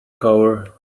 cover